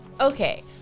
Okay